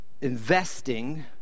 investing